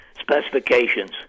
specifications